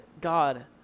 God